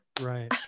Right